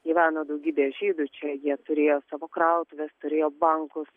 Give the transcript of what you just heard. gyveno daugybė žydų čia jie turėjo savo krautuves turėjo bankus